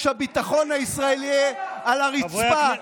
כשהביטחון הישראלי יהיה על הרצפה,